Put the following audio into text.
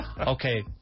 Okay